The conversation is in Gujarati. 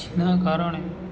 જેના કારણે